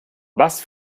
was